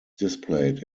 displayed